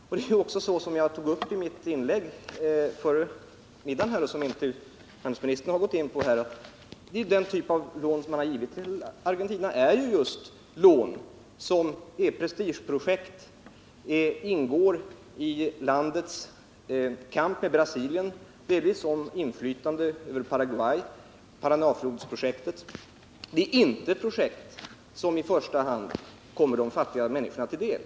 Handelsministern gick inte in på det jag sade i mitt anförande före middagsuppehållet om att den typ av lån som IDB givit till Argentina är avsedd för prestigeprojekt, som dammprojektet i Paranåfloden, som ingår i landets kamp mot Brasilien och som delvis handlar om inflytande i Paraguay. Det är inte fråga om projekt som i första hand kommer de fattiga människorna till del.